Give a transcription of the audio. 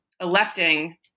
electing